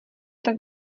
tak